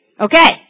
Okay